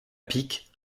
pic